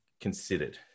considered